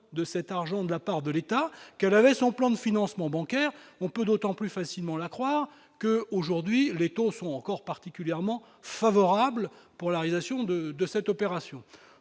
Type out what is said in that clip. de cet argent de la part de l'État, qu'elle avait son plan de financement bancaire, on peut d'autant plus facilement la croire que, aujourd'hui, les taux sont encore particulièrement favorable pour la rédaction de de cette opération,